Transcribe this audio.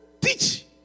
Teach